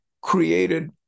created